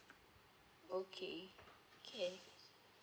okay can